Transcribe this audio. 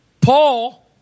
Paul